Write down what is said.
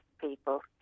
people